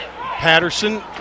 Patterson